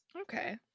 Okay